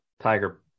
tiger